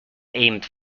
aimed